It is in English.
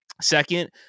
second